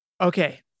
Okay